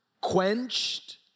quenched